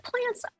plants